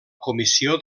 comissió